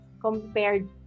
compared